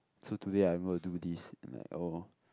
so today I'm gonna do this and like oh